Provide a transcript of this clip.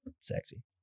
sexy